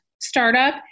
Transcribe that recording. startup